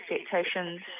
expectations